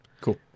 Cool